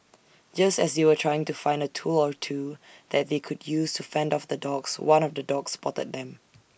just as they were trying to find A tool or two that they could use to fend off the dogs one of the dogs spotted them